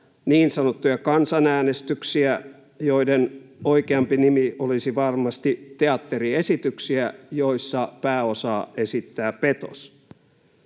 niin sanottuja kansanäänestyksiä, joiden oikeampi nimi olisi varmasti teatteriesityksiä, joissa pääosaa esittää petos.